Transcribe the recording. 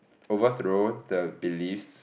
overthrow the beliefs